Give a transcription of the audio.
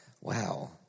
wow